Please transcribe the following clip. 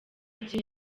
gihe